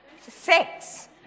sex